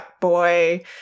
boy